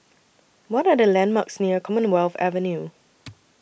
What Are The landmarks near Commonwealth Avenue